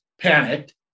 panicked